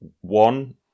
one